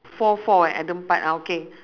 four four eh empat ah okay